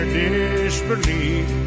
disbelief